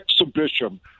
exhibition